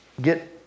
get